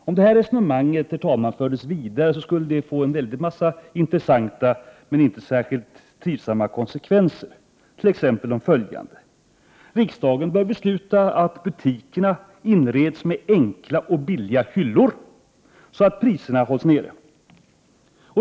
Om detta resonemang fördes vidare, herr talman, skulle det få en hel mängd intressanta men inte särskilda trivsamma konsekvenser, t.ex. följande: Riksdagen bör besluta att butikerna inreds med enkla och billiga hyllor, så att priserna hålls nere.